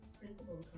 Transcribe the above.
principal